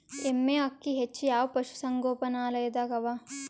ಎಮ್ಮೆ ಅಕ್ಕಿ ಹೆಚ್ಚು ಯಾವ ಪಶುಸಂಗೋಪನಾಲಯದಾಗ ಅವಾ?